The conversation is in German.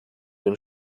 dem